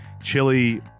chili